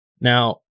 Now